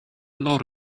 lot